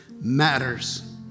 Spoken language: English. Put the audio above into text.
matters